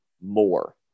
more